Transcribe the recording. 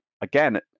again